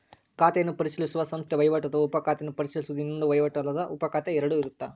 ಖಾತೆಯನ್ನು ಪರಿಶೀಲಿಸುವ ಸಂಸ್ಥೆ ವಹಿವಾಟು ಅಥವಾ ಉಪ ಖಾತೆಯನ್ನು ಪರಿಶೀಲಿಸುವುದು ಇನ್ನೊಂದು ವಹಿವಾಟು ಅಲ್ಲದ ಉಪಖಾತೆ ಎರಡು ಇರುತ್ತ